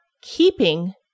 keeping